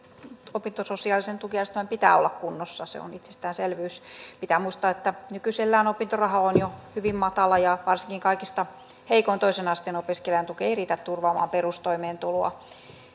opintososiaalisen tukijärjestelmän pitää olla kunnossa se on itsestäänselvyys pitää muistaa että nykyisellään opintoraha on jo hyvin matala ja varsinkin kaikista heikoin toisen asteen opiskelijan tuki ei ei riitä turvaamaan perustoimeentuloa